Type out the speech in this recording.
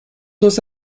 dos